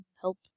help